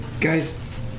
guys